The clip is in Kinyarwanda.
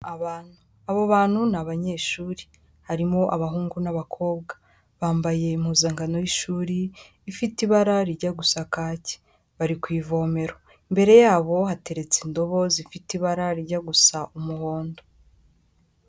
Abo bantu ni abanyeshuri harimo abahungu n'abakobwa bambaye impuzangano y'ishuri ifite ibara rijya gusa kake, bari ku ivomero imbere yabo hateretse indobo zifite ibara rijya gusa umuhondo.